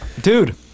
dude